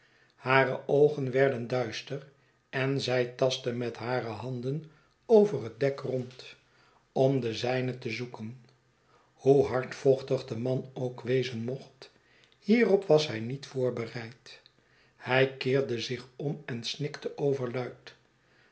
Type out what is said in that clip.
hare oogen werden duister en zy tastte met hare handen over het dek rond om dezijnete zoeken hoe hardvochtig de man ook wezen mocht hierop was hij niet voorbereid hij keerde zich om en snikte